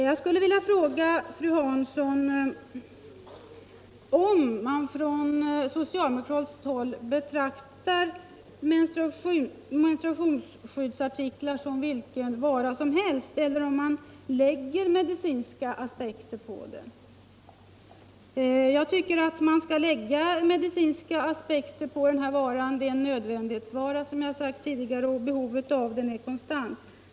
Jag skulle vilja fråga fru Hansson om man från socialdemokratiskt håll betraktar menstruationsskyddsartiklar som vilken vara som helst eller om man lägger medicinska aspekter på den. Jag tycker att man skall lägga medicinska aspekter på den här varan. Det är en nödvändighetsvara, som jag har sagt tidigare, och behovet av den är konstant.